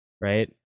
Right